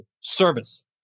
service